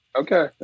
okay